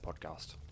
podcast